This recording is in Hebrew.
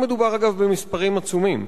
לא מדובר, אגב, במספרים עצומים.